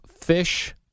fish